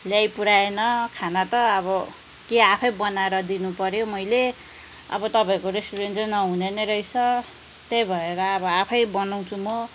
ल्याइपुऱ्याएन खाना त अब के आफै बनाएर दिनुपऱ्यो मैले अब तपाईँहरूको रेस्टुरेन्ट चाहिँ नहुने नै रहेछ त्यही भएर अब आफै बनाउँछु म